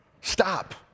Stop